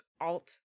alt